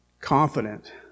confident